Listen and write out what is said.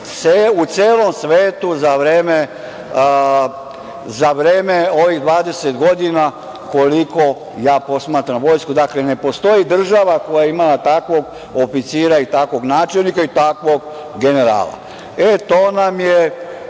u celom svetu za vreme ovih 20 godina koliko posmatram vojsku. Dakle, ne postoji država koja je imala takvog oficira i takvog načelnika i takvog generala. E, to nam je